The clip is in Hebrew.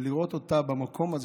לראות אותה במקום הזה,